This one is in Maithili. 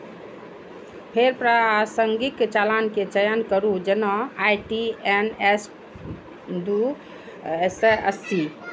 फेर प्रासंगिक चालान के चयन करू, जेना आई.टी.एन.एस दू सय अस्सी